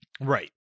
Right